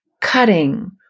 cutting